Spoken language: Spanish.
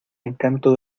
encanto